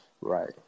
right